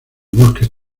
bosques